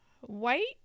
White